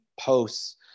posts